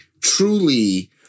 truly